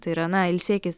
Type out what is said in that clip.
tai yra na ilsėkis